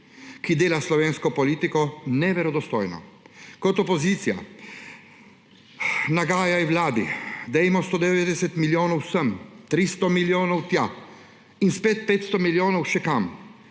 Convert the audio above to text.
ki dela slovensko politiko verodostojno. Kot opozicija nagajaj vladi, dajmo 190 milijonov sem, 300 milijonov tja in spet 500 milijonov še kam,